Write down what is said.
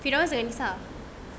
firdaus dengan nisa